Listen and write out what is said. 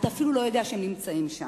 אתה אפילו לא יודע שהם נמצאים שם.